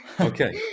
Okay